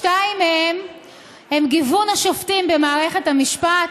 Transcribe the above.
שתיים מהן הן גיוון השופטים במערכת המשפט,